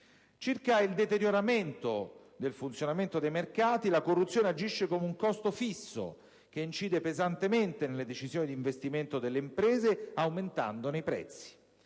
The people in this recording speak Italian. Circa il deterioramento del funzionamento dei mercati, la corruzione agisce come un costo fisso che incide pesantemente nelle decisioni di investimento delle imprese aumentandone i prezzi.